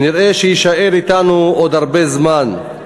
ונראה שיישאר אתנו עוד הרבה זמן.